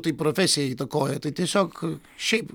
tai profesija įtakoja tai tiesiog šiaip